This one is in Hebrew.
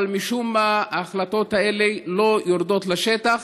משום מה ההחלטות האלה לא יורדות לשטח,